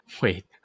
Wait